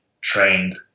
trained